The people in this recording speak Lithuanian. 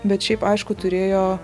bet šiaip aišku turėjo